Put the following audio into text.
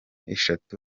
eshatu